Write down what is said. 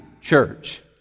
Church